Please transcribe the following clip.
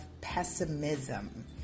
pessimism